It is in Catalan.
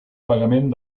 pagament